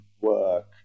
work